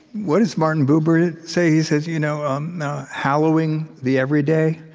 what does martin buber say? he says, you know um hallowing the everyday.